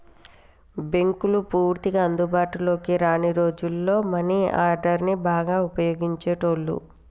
బ్యేంకులు పూర్తిగా అందుబాటులోకి రాని రోజుల్లో మనీ ఆర్డర్ని బాగా వుపయోగించేటోళ్ళు